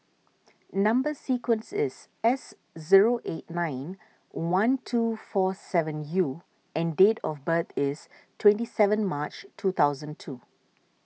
Number Sequence is S zero eight nine one two four seven U and date of birth is twenty seven March two thousand two